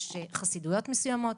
יש חסידויות מסוימות,